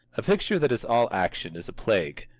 a picture that is all action is a plague,